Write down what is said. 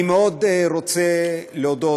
אני מאוד רוצה להודות,